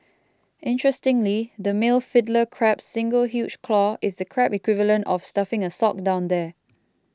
interestingly the male Fiddler Crab's single huge claw is the crab equivalent of stuffing a sock down there